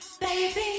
baby